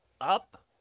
up